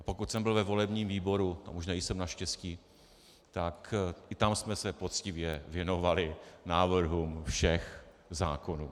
Pokud jsem byl ve volebním výboru, tam už nejsem naštěstí, tak i tam jsme se poctivě věnovali návrhům všech zákonů.